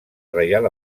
reial